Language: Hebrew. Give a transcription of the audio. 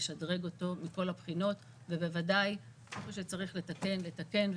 לשדרג אותו מכל הבחינות ובוודאי איפה שצריך לתקן לתקן,